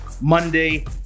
Monday